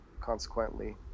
consequently